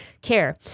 care